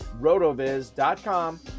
Rotoviz.com